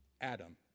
Adam